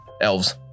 elves